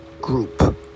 group